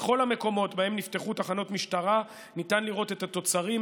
בכל המקומות שבהם נפתחו תחנות משטרה ניתן לראות את התוצרים,